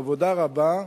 העבודה רבה,